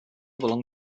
belong